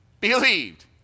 believed